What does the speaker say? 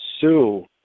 Sue